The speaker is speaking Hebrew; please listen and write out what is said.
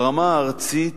ברמה הארצית,